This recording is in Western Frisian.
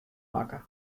makke